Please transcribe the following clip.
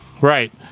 Right